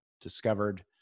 discovered